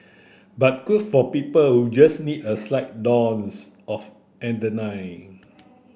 but good for people who just need a slight dose of